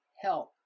health